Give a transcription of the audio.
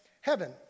heaven